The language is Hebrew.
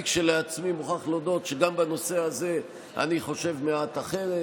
אני כשלעצמי מוכרח להודות שגם בנושא הזה אני חושב מעט אחרת.